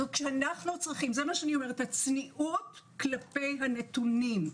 כלומר הצניעות כלפי הנתונים,